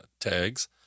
tags